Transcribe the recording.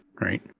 right